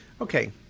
Okay